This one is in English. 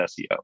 SEO